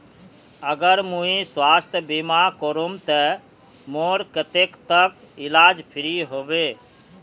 अगर मुई स्वास्थ्य बीमा करूम ते मोर कतेक तक इलाज फ्री होबे?